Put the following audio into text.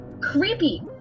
creepy